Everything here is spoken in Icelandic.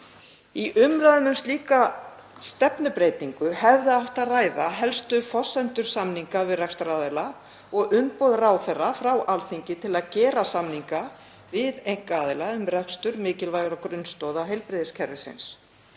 Í umræðum um slíka stefnubreytingu hefði átt að ræða helstu forsendur samninga við rekstraraðila og umboð ráðherra frá Alþingi til að gera samninga við einkaaðila um rekstur mikilvægra grunnstoða heilbrigðiskerfisins.